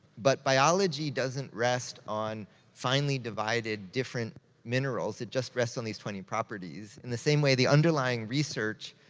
but biology doesn't rest on finely divided different minerals, it just rests on these twenty properties. in the same way the underlying research,